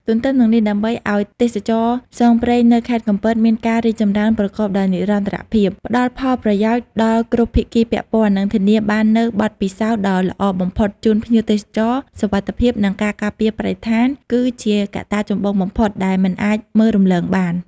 ទទ្ទឹមនឹងនេះ ដើម្បីឱ្យទេសចរណ៍ផ្សងព្រេងនៅខេត្តកំពតមានការរីកចម្រើនប្រកបដោយនិរន្តរភាព ផ្ដល់ផលប្រយោជន៍ដល់គ្រប់ភាគីពាក់ព័ន្ធ និងធានាបាននូវបទពិសោធន៍ដ៏ល្អបំផុតជូនភ្ញៀវទេសចរ សុវត្ថិភាពនិងការការពារបរិស្ថានគឺជាកត្តាចម្បងបំផុតដែលមិនអាចមើលរំលងបាន។